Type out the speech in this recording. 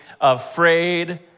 afraid